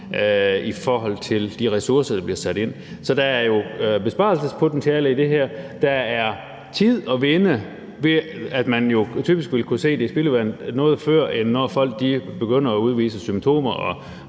i forhold til de ressourcer, der bliver sat ind. Så der er besparelsespotentiale i det her, der er tid at vinde, ved at man typisk vil kunne se det i spildevandet noget før, end når folk begynder at udvise symptomer,